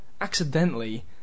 accidentally